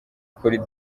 kuri